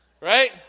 right